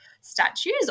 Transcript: statues